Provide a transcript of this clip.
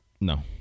no